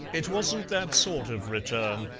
it wasn't that sort of return,